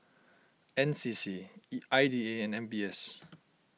N C C E I D A and M B S